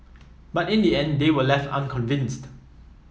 but in the end they were left unconvinced